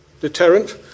deterrent